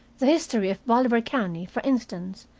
the history of bolivar county, for instance,